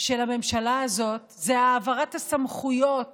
של הממשלה הזאת זה העברת הסמכויות